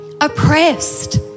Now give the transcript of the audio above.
oppressed